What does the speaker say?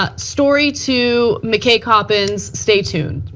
ah story to mckay coppens. stay tuned.